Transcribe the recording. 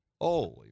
Holy